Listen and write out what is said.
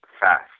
fast